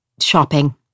shopping